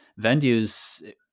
venues